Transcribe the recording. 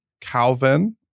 Calvin